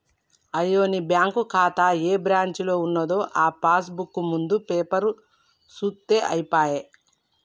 అయ్యో నీ బ్యాంకు ఖాతా ఏ బ్రాంచీలో ఉన్నదో ఆ పాస్ బుక్ ముందు పేపరు సూత్తే అయిపోయే